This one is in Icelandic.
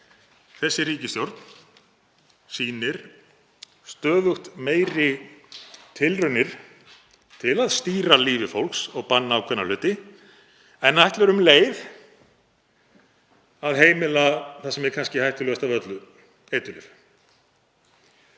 þessi ríkisstjórn sýnir stöðugt meiri tilraunir til að stýra lífi fólks og banna ákveðna hluti en ætlar um leið að heimila það sem er kannski hættulegast af öllu, eiturlyf.